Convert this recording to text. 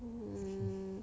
um